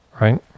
Right